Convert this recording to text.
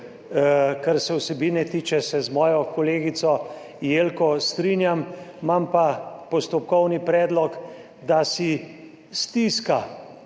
kar se vsebine tiče, z mojo kolegico Jelko. Imam pa postopkovni predlog, da si natisne